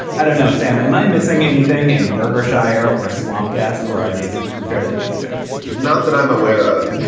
i don't know. sam, am i missing anything in and burger shi'ah or or swamp gas or are these fairly weak jokes? not that i'm aware of.